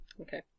Okay